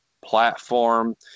platform